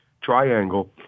triangle